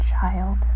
child